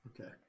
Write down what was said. Okay